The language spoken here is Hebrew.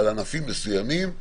על ענפים מסוימים,